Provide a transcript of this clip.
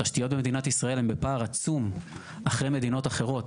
התשתיות במדינת ישראל הן בפער עצום אחרי מדינות אחרות.